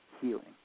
healing